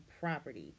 property